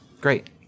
great